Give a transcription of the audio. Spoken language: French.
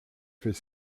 fait